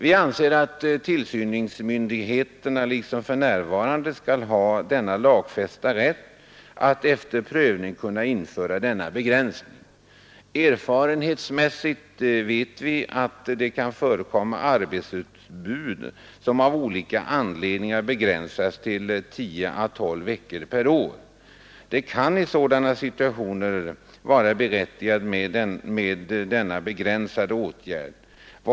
Vi anser att tillsynsmyndigheten liksom för närvarande skall ha Nr 103 denna lagfästa rätt att efter prövning kunna införa en begränsning. Tisdagen den Erfarenhetsmässigt vet vi att det kan förekomma arbetsutbud som av 29 maj 1973 olika anledningar begränsas till 10—12 veckor per år. Det kan i sådana situationer vara berättigat med denna begränsade åtgärd.